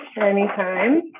anytime